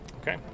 Okay